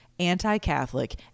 anti-Catholic